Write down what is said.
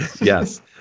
Yes